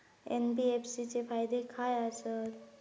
NBFC चे फायदे खाय आसत?